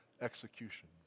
execution